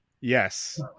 yes